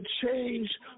change